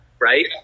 right